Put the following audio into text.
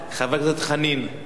גם לזכותו דקה.